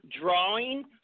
drawing